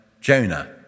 Jonah